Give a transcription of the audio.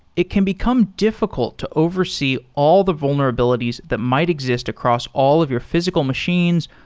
it can become diffi cult to oversee all the vulnerabilities that might exist across all of your physical machines,